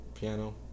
piano